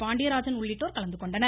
பாண்டியராஜன் உள்ளிட்டோர் கலந்துகொண்டனர்